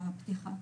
הפתיחה.